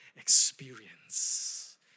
experience